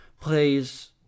plays